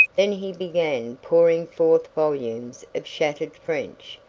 then he began pouring forth volumes of shattered french,